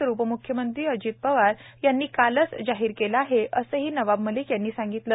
तर उपम्ख्यमंत्री अजित पवार यांनी कालच जाहीर केले आहे असेही नवाब मलिक यांनी सांगितले